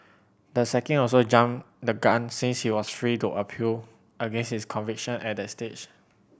the sacking also jumped the gun since he was free to appeal against his conviction at that stage